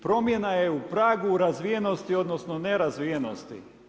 Promjena je u pragu razvijenosti, odnosno nerazvijenosti.